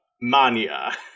Mania